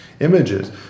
images